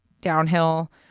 downhill